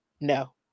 no